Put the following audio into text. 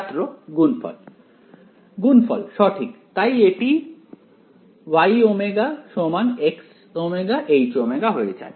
ছাত্র গুণফল গুণফল সঠিক তাই এটি Y ω HωXω হয়ে যায়